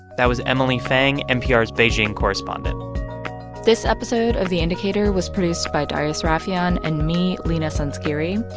that was emily feng, npr's beijing correspondent this episode of the indicator was produced by darius rafieyan and me, leena sanzgiri.